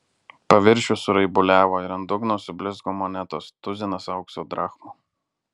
paviršius suraibuliavo ir ant dugno sublizgo monetos tuzinas aukso drachmų